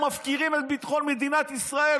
שמפקירים את ביטחון מדינת ישראל,